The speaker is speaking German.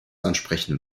ansprechen